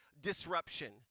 disruption